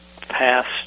passed